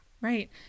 Right